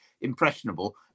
impressionable